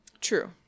True